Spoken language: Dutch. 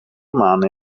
maan